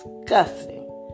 disgusting